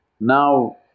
Now